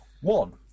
One